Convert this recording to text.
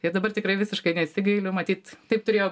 ir dabar tikrai visiškai nesigailiu matyt taip turėjo